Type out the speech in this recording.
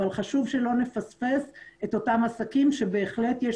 אבל חשוב שלא נפספס את אותם עסקים שבהחלט יש